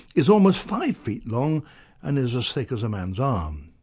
is almost five feet long and is as thick as a man's arm.